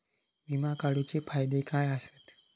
विमा काढूचे फायदे काय आसत?